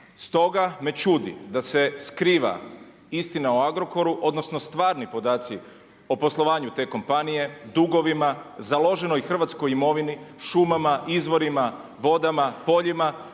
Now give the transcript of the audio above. Stoga me čudi, da se skriva istina o Agrokoru, odnosno, stvarni podaci o poslovanju te kompanije, dugovima, založenoj hrvatskoj imovini, šumama, izvorima, vodama, poljima